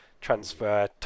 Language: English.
transfer